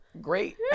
great